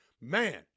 Man